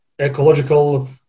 ecological